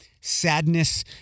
Sadness